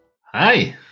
Hi